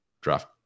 draft